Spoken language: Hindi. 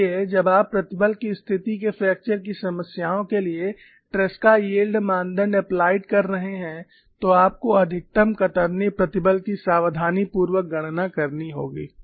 इसलिए जब आप प्रतिबल की स्थिति के फ्रैक्चर की समस्याओं के लिए ट्रस्का यील्ड मानदंड एप्लाइड कर रहे हैं तो आपको अधिकतम कतरनी प्रतिबल की सावधानीपूर्वक गणना करनी होगी